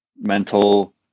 mental